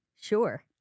Sure